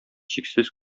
чиксез